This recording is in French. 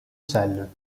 salles